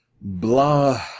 Blah